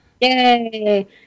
Yay